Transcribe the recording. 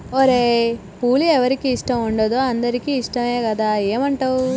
ఓరై పూలు ఎవరికి ఇష్టం ఉండదు అందరికీ ఇష్టమే కదా ఏమంటావ్